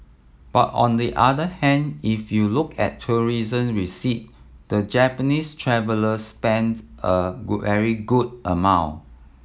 but on the other hand if you look at tourism receipts the Japanese traveller spends a very good amount